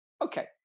Okay